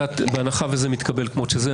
בהנחה שזה מתקבל כמות שזה,